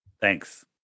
Thanks